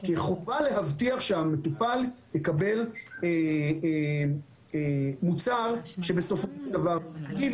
כי חובה להבטיח שהמטופל יקבל מוצר שבסופו של דבר הוא נקי.